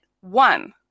one